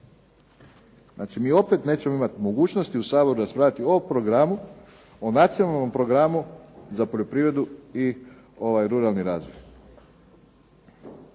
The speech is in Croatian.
Znači, mi opet nećemo imati mogućnosti u Saboru raspravljati o programu, o Nacionalnom programu za poljoprivredu i ruralni razvoj.